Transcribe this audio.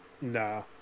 Nah